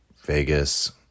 Vegas